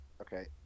Okay